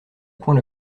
point